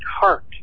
heart